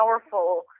powerful